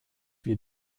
wir